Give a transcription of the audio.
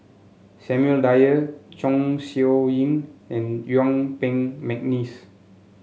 Samuel Dyer Chong Siew Ying and Yuen Peng McNeice